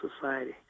society